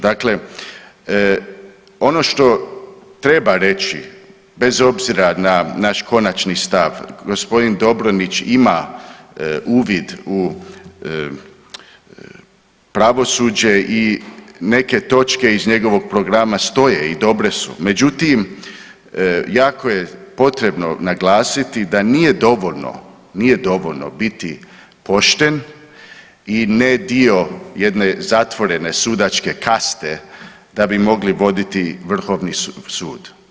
Dakle, ono što treba reći bez obzira na naš konačni stav gospodin Dobronić ima uvid u pravosuđe i neke točke iz njegovog programa stoje i dobre su, međutim jako je potrebno naglasiti da nije dovoljno, nije dovoljno biti pošten i ne dio jedne zatvorene sudačke kaste da bi mogli voditi Vrhovni sud.